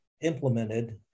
implemented